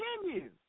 continue